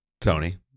Tony